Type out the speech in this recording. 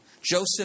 Joseph